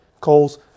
calls